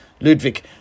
Ludwig